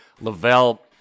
Lavelle